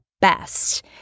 best